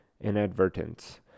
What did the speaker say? inadvertence